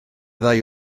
ddau